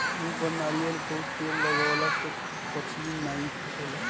मुहे पर नारियल कअ तेल लगवला से पछ्नी नाइ फाटेला